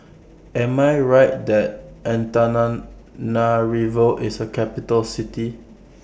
Am I Right that Antananarivo IS A Capital City